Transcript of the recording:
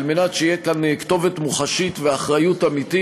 על מנת שתהיה כאן כתובת מוחשית ואחריות אמיתית